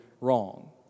wrong